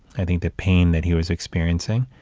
i think, the pain that he was experiencing.